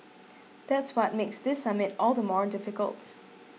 that's what makes this summit all the more difficult